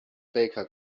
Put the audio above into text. baker